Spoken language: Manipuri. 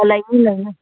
ꯑꯣ ꯂꯩꯅꯤ ꯂꯩꯅꯤ